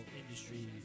industry